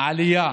עלייה